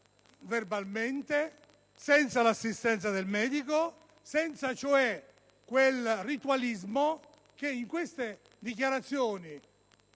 verbale, senza l'assistenza del medico, senza cioè quel ritualismo che in queste dichiarazioni